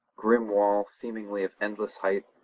grim wall seemingly of endless height,